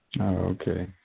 Okay